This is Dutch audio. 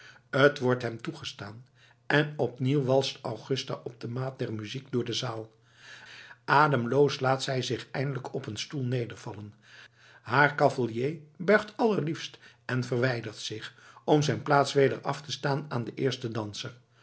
t wordt hem toegestaan en opnieuw walst augusta op de maat der muziek door de zaal ademloos laat zij zich eindelijk op een stoel nedervallen haar cavalier buigt allerliefst en verwijdert zich om zijn plaats weder af te staan aan den eersten danser